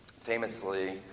famously